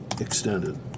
extended